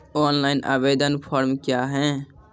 Online आवेदन form क्या हैं?